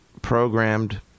programmed